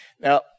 Now